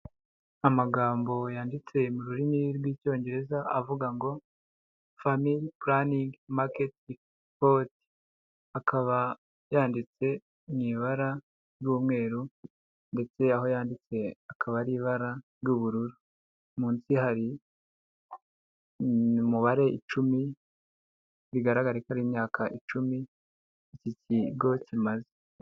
Amagambo yanditse mu rurimi rw'icyongereza avuga ngo famili pulaningi maketi ripori, akaba yanditse mu ibara ry'umweru ndetse aho yanditse akaba ari ibara ry'ubururu, munsi hari umubare icumi bigaragara ko ari imyaka icumi ikigo kimaze.